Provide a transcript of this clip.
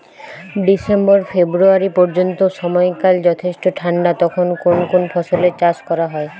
December February পর্যন্ত সময়কাল যথেষ্ট ঠান্ডা তখন কোন কোন ফসলের চাষ করা হয়?